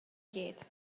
gyd